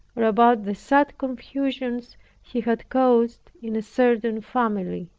or about the sad confusions he had caused in a certain family.